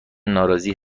ناراضی